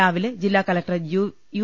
രാവിലെ ജില്ലാ collector U